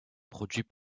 produits